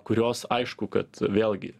kurios aišku kad vėlgi